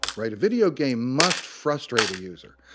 right? a video game must frustrate a user,